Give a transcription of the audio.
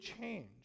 change